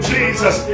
Jesus